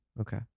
Okay